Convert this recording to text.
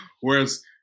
Whereas